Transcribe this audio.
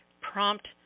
prompt